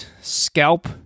scalp